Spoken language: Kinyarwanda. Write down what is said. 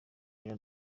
jean